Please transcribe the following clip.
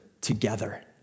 together